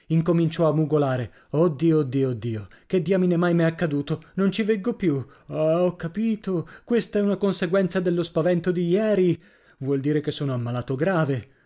incominciò a mugolare o dio o dio o dio che diamine mai m'è accaduto non ci veggo più ah ho capito questa è una conseguenza dello spavento di ieri vuol dire che sono ammalato grave